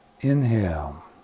inhale